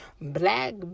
black